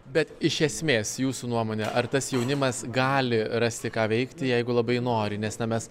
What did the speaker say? bet iš esmės jūsų nuomone ar tas jaunimas gali rasti ką veikti jeigu labai nori nes na mes